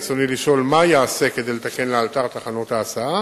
רצוני לשאול: 1. מה ייעשה כדי לתקן לאלתר את תחנות ההסעה?